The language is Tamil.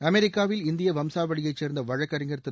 அமெரிக்காவில் இந்திய வம்சாவளியயச் சேர்ந்த வழக்கறிஞர் திரு